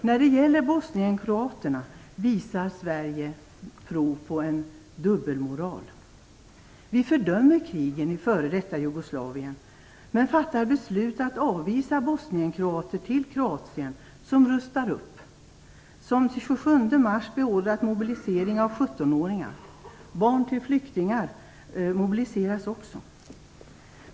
När det gäller bosnienkroaterna visar Sverige prov på dubbelmoral. Vi fördömer krigen i f.d. Jugoslavien men fattar beslut om att avvisa bosnienkroater till Kroatien, som rustar upp, som den 27 mars beordrat mobilisering av 17-åringar - barn till flyktingar mobiliseras också.